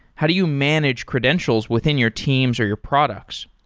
how do you manage credentials within your teams or your products?